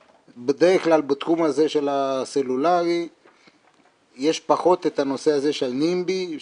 שבדרך כלל בתחום הזה של הסלולרי יש פחות את הנושא הזה של NIMBY,